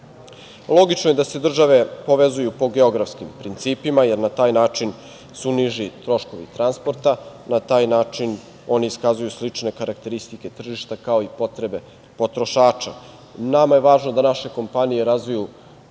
CEFTA.Logično je da se države povezuju po geografskim principima, jer na taj način su niži troškovi transporta, na taj način oni iskazuju slične karakteristike tržišta, kao i potrebe potrošača. Nama je važno da naše kompanije razviju